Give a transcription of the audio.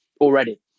already